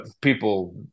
people